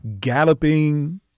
galloping